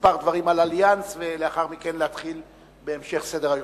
כמה דברים על "אליאנס" ולאחר מכן להתחיל בהמשך סדר-היום.